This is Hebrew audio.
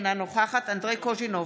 אינה נוכחת אנדרי קוז'ינוב,